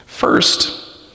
First